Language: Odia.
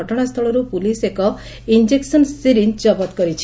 ଘଟଶାସ୍ସଳରୁ ପୁଲିସ୍ ଏକ ଇଞେକ୍ସନ୍ ସିରିଞ୍ ଜବତ କରିଛି